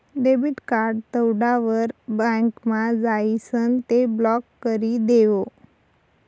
debit card दवडावर बँकमा जाइसन ते ब्लॉक करी देवो